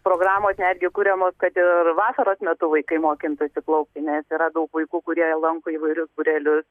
programos gi kuriamos kad ir vasaros metu vaikai mokintųsi plaukti nes yra daug vaikų kurie lanko įvairius būrelius